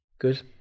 Good